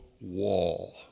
wall